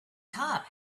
top